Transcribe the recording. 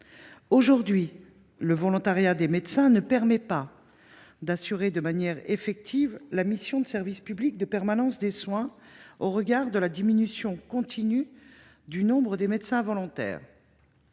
aujourd’hui, le volontariat de ces professionnels de santé ne permet pas d’assurer de manière effective la mission de service public de permanence des soins, au regard de la diminution continue du nombre de médecins volontaires.